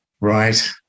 Right